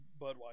Budweiser